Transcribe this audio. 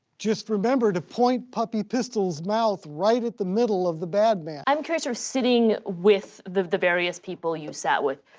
just remember to point puppy pistol's mouth right at the middle of the bad man. i'm curious if you're sitting with the the various people you've sat with,